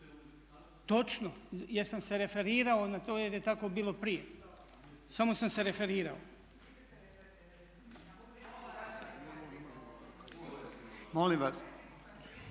Točno, jer sam se referirao na to jer je tako bilo prije, samo sam se referirao… …/Upadica